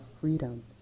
freedom